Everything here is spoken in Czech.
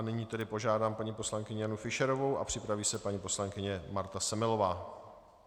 Nyní požádám paní poslankyni Janu Fischerovou a připraví se paní poslankyně Marta Semelová.